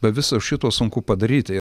be viso šito sunku padaryti